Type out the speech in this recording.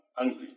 angry